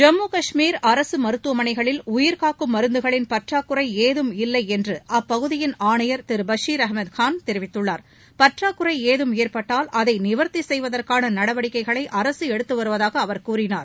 ஜம்மு காஷ்மீர் அரசு மருத்துவமனைகளில் உயிர்காக்கும் மருந்துகளின் பற்றாக்குறை ஏதும் இல்லை என்று அப்பகுதியின் ஆணையர் திரு பஷீர் அகமத்கான் தெரிவித்துளார் பற்றாக்குறை ஏதும் ஏற்பட்டால் அதை நிவர்த்தி செய்வதற்கான நடவடிவடிக்கைகளை அரசு எடுத்து வருவதாக அவர் கூறினார்